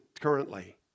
currently